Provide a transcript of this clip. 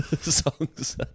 songs